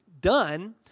done